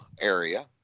area